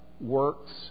works